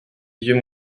vieux